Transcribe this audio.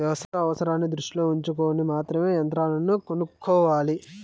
వ్యవసాయ అవసరాన్ని దృష్టిలో ఉంచుకొని మాత్రమే యంత్రాలను కొనుక్కోవాలి